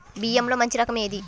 బియ్యంలో మంచి రకం ఏది?